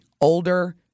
older